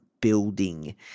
building